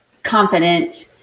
confident